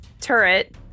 turret